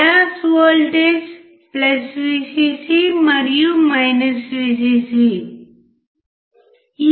bias voltage Vcc మరియు Vcc